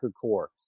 core